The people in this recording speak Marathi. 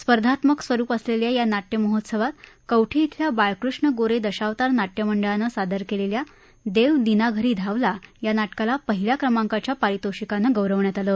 स्पर्धात्मक स्वरूप असलेल्या या नाट्यमहोत्सवात कवठी इथल्या बाळकृष्ण गोरे दशावतार नाट्य मंडळाने सादर केलेल्या देव दीनाघरी धावला या नाटकाला पहिल्या क्रमांकाच्या पारितोषिकाने गौरवण्यात आलं